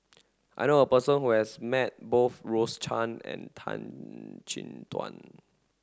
I know a person who has met both Rose Chan and Tan Chin Tuan